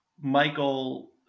Michael